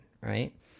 right